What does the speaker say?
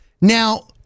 Now